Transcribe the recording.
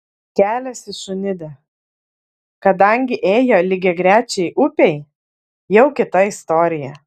kelias į šunidę kadangi ėjo lygiagrečiai upei jau kita istorija